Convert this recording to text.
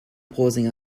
pausing